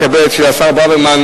מקבל את הבקשה של השר ברוורמן,